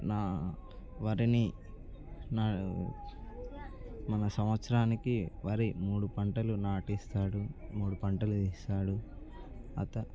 నా వరిని నా మన సంవత్సరానికి వరి మూడు పంటలు నాటిస్తాడు మూడు పంటలు వేస్తాడు అత